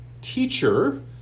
Teacher